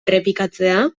errepikatzea